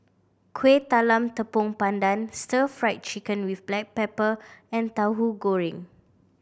Kuih Talam Tepong Pandan Stir Fry Chicken with black pepper and Tauhu Goreng